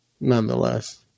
nonetheless